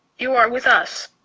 you are with us.